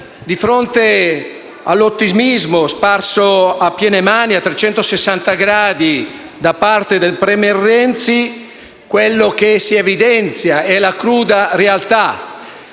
di fronte all'ottimismo sparso a piene mani, a 360 gradi, da parte del *premier* Renzi, quello che si è evidenzia è la cruda realtà.